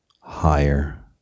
higher